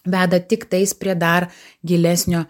veda tiktais prie dar gilesnio